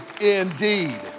indeed